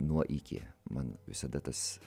nuo iki man visada tas